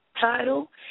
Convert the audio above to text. title